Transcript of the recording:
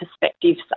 perspectives